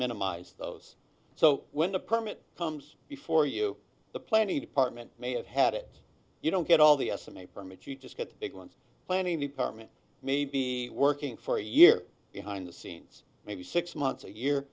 minimize those so when a permit comes before you the planning department may have had it you don't get all the s in a permit you just get big ones planning department maybe working for a year behind the scenes maybe six months a year